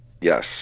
Yes